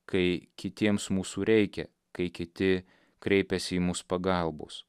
kai kitiems mūsų reikia kai kiti kreipiasi į mus pagalbos